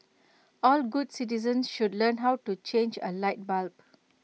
all good citizens should learn how to change A light bulb